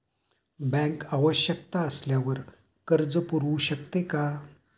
Bank आवश्यकता असल्यावर कर्ज पुरवू शकते का?